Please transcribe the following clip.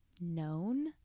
known